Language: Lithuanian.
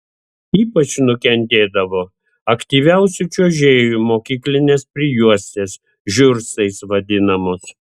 ypač nukentėdavo aktyviausių čiuožėjų mokyklinės prijuostės žiurstais vadinamos